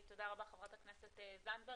תודה רבה, חברת הכנסת זנדברג.